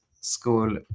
school